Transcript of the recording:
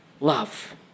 love